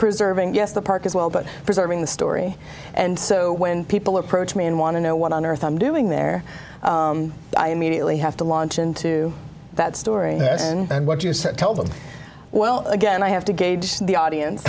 preserving guest the park as well but preserving the story and so when people approach me and want to know what on earth i'm doing there i immediately have to launch into that story and what you said tell them well again i have to gauge the audience